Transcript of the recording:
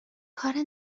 کار